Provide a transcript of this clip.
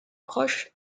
proches